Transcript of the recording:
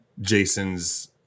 Jason's